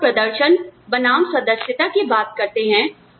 जब हम प्रदर्शन बनाम सदस्यता की बात करते हैं